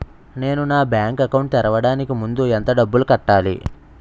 నేను నా bank account తెరవడానికి ముందు ఎంత డబ్బులు కట్టాలి?